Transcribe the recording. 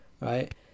right